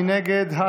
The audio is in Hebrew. מי נגד?